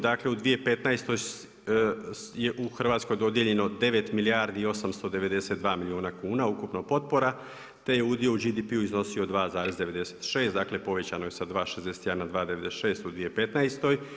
Dakle u 2015. je u Hrvatskoj dodijeljeno 9 milijardi i 892 milijuna kuna ukupno potpora te je udio u GDP-u iznosio 2,96 dakle povećano je sa 2,61 na 2,96 u 2015.